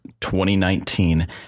2019